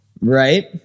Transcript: Right